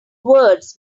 words